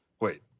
wait